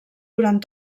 durant